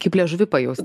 kaip liežuvį pajust